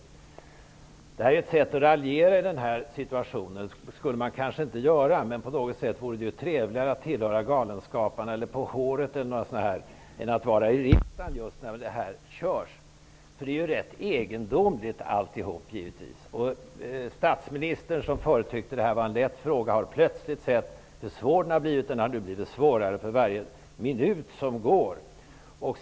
Att raljera på det sättet i den nuvarande situationen borde man kanske inte göra. På något sätt vore det trevligare att tillhöra de s.k. galenskaparna, På håret-gänget exempelvis än att vara i riksdagen just när detta tas upp. Alltihop är givetvis rätt egendomligt. Statsministern, som förut tyckte att det här var en lätt fråga, ser plötsligt hur svår den har blivit. Den har här blivit svårare och svårare för varje minut.